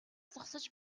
зогсож